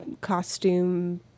costume